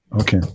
Okay